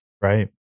Right